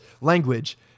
language